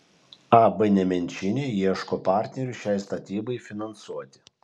ab nemenčinė ieško partnerių šiai statybai finansuoti